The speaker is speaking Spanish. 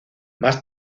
más